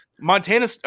Montana